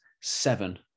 seven